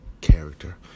character